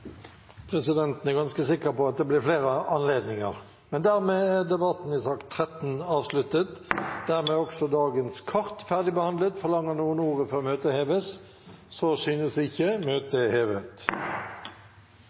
Presidenten er ganske sikker på at det blir flere anledninger. Debatten i sak nr. 13 er avsluttet, og dermed er også dagens kart ferdigbehandlet. Forlanger noen ordet før møtet heves? – Så synes ikke, og møtet